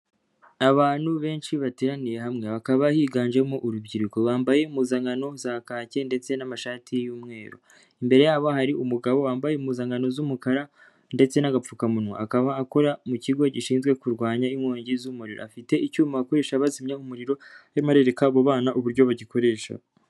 Abantu benshi bateraniye hamwe hakaba higanjemo urubyiruko, bambaye impuzankano za kake ndetse n'amashati y'umweru, imbere yabo hari umugabo wambaye impuzankano z'umukara ndetse n'agapfukamunwa, akaba akora mu kigo gishinzwe kurwanya inkongi z'umuriro, afite icyuma bakoresha bazimya umuriro arimo arerekaabo bana uburyo bagikoresha.